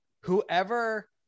Whoever